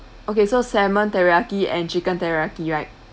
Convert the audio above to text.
okay so salmon teriyaki and chicken teriyaki right